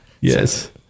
Yes